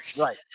right